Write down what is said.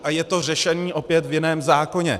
A je to řešení opět v jiném zákoně.